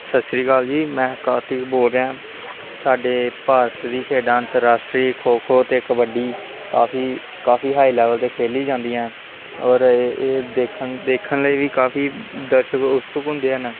ਸਤਿ ਸ਼੍ਰੀ ਅਕਾਲ ਜੀ ਮੈਂ ਕਾਰਤਿਕ ਬੋਲ ਰਿਹਾ ਸਾਡੇ ਭਾਰਤ ਦੀ ਖੇਡਾਂ ਅੰਤਰਰਾਸ਼ਟਰੀ ਖੋ ਖੋ ਅਤੇ ਕਬੱਡੀ ਕਾਫ਼ੀ ਕਾਫ਼ੀ ਹਾਈ ਲੈਵਲ 'ਤੇ ਖੇਡੀ ਜਾਂਦੀਆਂ ਔਰ ਇਹ ਦੇਖਣ ਦੇਖਣ ਲਈ ਵੀ ਕਾਫ਼ੀ ਦਰਸ਼ਕ ਉਤਸੁਕ ਹੁੰਦੇ ਹਨ